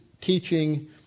teaching